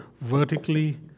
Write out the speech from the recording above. vertically